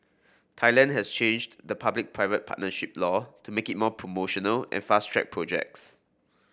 Thailand has changed the public private partnership law to make it more promotional and fast track projects